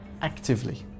actively